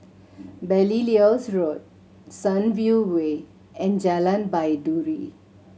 Belilios Road Sunview Way and Jalan Baiduri